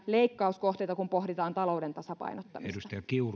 leikkauskohteita kun pohditaan talouden tasapainottamista